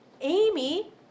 Amy